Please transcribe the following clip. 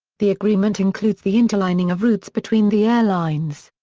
the agreement includes the interlining of routes between the airlines.